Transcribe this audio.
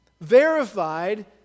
verified